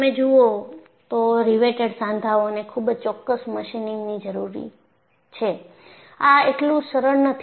તમે જુઓ તો રિવેટેડ સાંધાઓને ખૂબ જ ચોક્કસ મશીનિંગની જરૂરી છે આ એટલું સરળ નથી